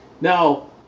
Now